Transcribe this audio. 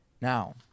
Now